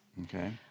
Okay